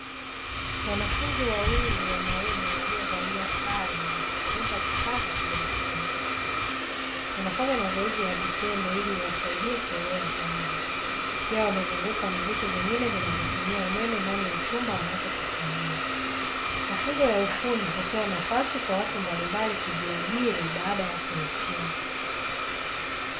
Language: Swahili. Wanafunzi wawili wanaume, waliovalia sare wanatengeneza vifaa vya kielekroniki, wanafanya mazoezi ya vitendo ili iwasaidie kuelewa zaidi, pia wamezungukwa na vitu vingine vinavyotumia umeme ndani ya chumba wanachokitumia. Mafunzo ya ufundi hutoa nafasi kwa watu mbalimbali kujiajiri baada ya kuhitimu.